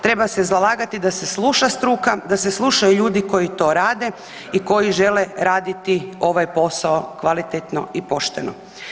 Treba se zalagati da se sluša struka, da se slušaju ljudi koji to rade i koji žele raditi ovaj posao kvalitetno i pošteno.